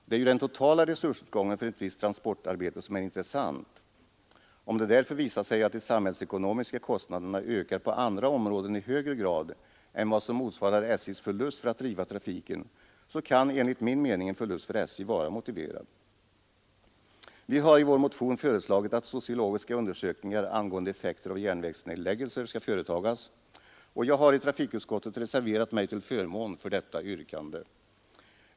Det är ju den totala resursåtgången för ett visst transportarbete som är intressant. Om det därför visar sig att de samhällsekonomiska kostnaderna ökar på andra områden i högre grad än vad som motsvarar SJ:s förlust för att driva trafiken, kan enligt min mening en förlust för SJ vara motiverad. Vi har i vår motion föreslagit att sociologiska undersökningar angående effekter av järnvägsnedläggelser skall företagas, och jag har i trafikutskottet reserverat mig till förmån för detta yrkande.